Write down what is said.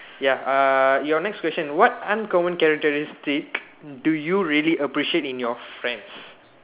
ya uh your next question what uncommon characteristic do you really appreciate in your friends